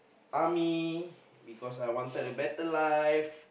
army because I wanted a better life